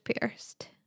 pierced